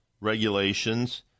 regulations